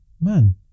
man